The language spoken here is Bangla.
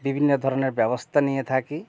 বিভিন্ন ধরনের ব্যবস্থা নিয়ে থাকি